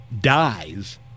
dies